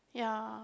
ya